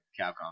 Capcom